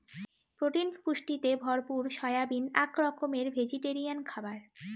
protein পুষ্টিতে ভরপুর soybean আক রকমের ভেজিটেরিয়ান খাবার